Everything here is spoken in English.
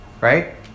Right